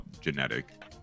genetic